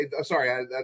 sorry